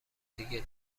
دیگه